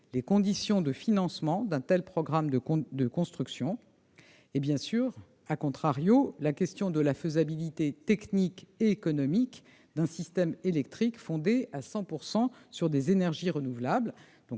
aux conditions de financement d'un tel programme de construction. Bien sûr, je pense aussi,, à la faisabilité technique et économique d'un système électrique fondé à 100 % sur des énergies renouvelables.